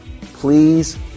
Please